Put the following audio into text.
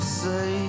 say